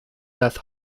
beth